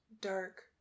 dark